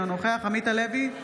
אינו נוכח עמית הלוי,